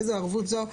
איזה ערבות זאת,